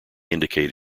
indicate